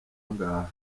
ngaha